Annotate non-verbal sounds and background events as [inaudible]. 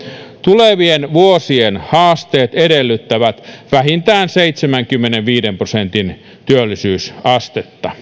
tulevien vuosien haasteet edellyttävät vähintään seitsemänkymmenenviiden prosentin työllisyysastetta [unintelligible]